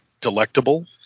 Delectable